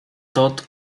todt